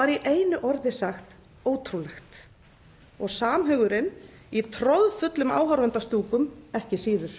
var í einu orði sagt ótrúlegt — og samhugurinn í troðfullum áhorfendastúkum ekki síður.